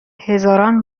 هزاران